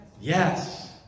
Yes